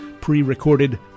pre-recorded